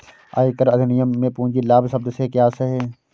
आयकर अधिनियम में पूंजी लाभ शब्द से क्या आशय है?